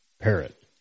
Parrot